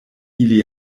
ili